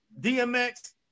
DMX